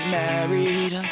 married